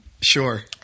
Sure